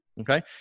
Okay